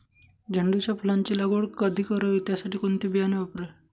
झेंडूच्या फुलांची लागवड कधी करावी? त्यासाठी कोणते बियाणे वापरावे?